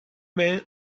man